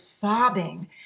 sobbing